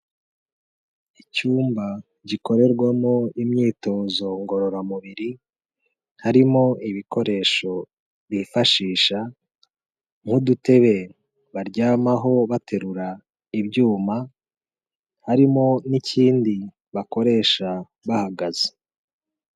Icyumba gikorerwamo imyitozo ngororamubiri harimo ibikoresho bifashisha nk'udutebe baryamaho baterura ibyuma, harimo n'ikindi bakoresha bahagaze.